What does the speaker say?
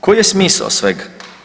Koji je smisao svega?